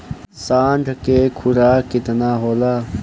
साँढ़ के खुराक केतना होला?